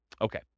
Okay